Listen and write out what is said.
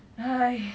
!hais!